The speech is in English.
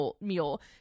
mule